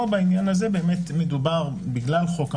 פה בעניין הזה מדובר, בגלל חוק המרכז,